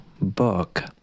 book